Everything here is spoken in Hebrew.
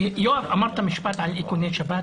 יואב, אמרת משפט על איכוני שב"כ